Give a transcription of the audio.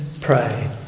pray